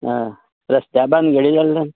आं रस्त्या भानगडी जाल्ल्यान